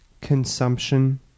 Consumption